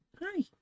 Hi